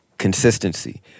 Consistency